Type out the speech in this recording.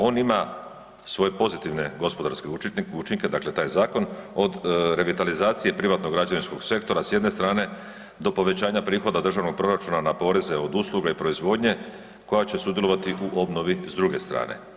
On ima svoje pozitivne gospodarske učinke dakle taj zakon od revitalizacije privatnog građevinskog sektora s jedne strane do povećanja prihoda državnog proračuna na poreze od usluge i proizvodnje koja će sudjelovati u obnovi s druge strane.